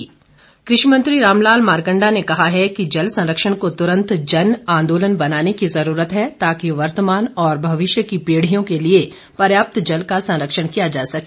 मारकंडा कृषि मंत्री रामलाल मारकंडा ने कहा है कि जल संरक्षण को तुरंत जन आंदोलन बनाने की ज़रूरत है ताकि वर्तमान और भविष्य की पीढ़ियों के लिए पर्याप्त जल का संरक्षण किया जा सके